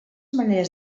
maneres